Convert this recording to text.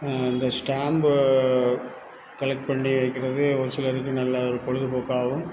இந்த stamp collect பண்ணி வைக்கிறது ஒரு சிலருக்கு நல்ல ஒரு பொழுதுபோக்காகவும்